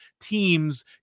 teams